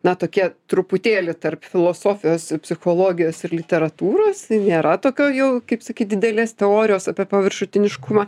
na tokie truputėlį tarp filosofijos psichologijos ir literatūros nėra tokio jau kaip sakyt didelės teorijos apie paviršutiniškumą